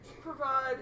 provide